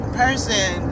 person